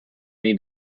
need